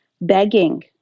begging